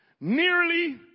Nearly